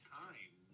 time